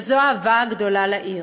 וזה האהבה הגדולה לעיר.